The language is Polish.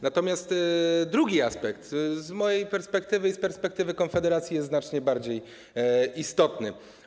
Natomiast drugi aspekt z mojej perspektywy i z perspektywy Konfederacji jest znacznie bardziej istotny.